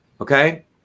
okay